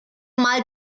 mal